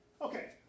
Okay